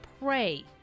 pray